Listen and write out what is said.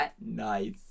Nice